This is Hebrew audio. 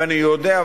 ואני יודע,